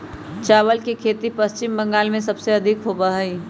चावल के खेती पश्चिम बंगाल में सबसे अधिक होबा हई